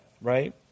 right